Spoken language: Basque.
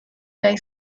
gay